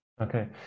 Okay